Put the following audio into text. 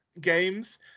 games